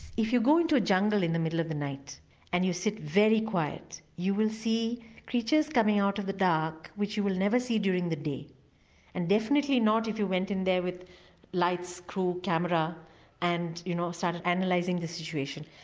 if you go into a jungle in the middle of the night and you sit very quiet you will see creatures coming out of the dark which you will never see during the day and definitely not if you went in there with lights, crews, camera and you know started analysing the situation.